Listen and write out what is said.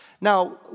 Now